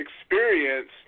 experience